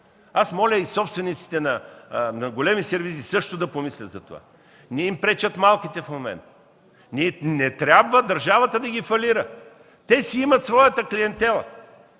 Моля и собствениците на големите сервизи също да помислят за това. Не им пречат малките в момента. Не трябва държавата да ги фалира! Те си имат своята клиентела.